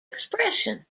expression